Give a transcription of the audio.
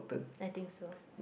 I think so